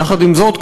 יחד עם זאת,